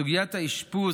בסוגיית האשפוז